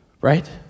right